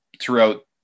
throughout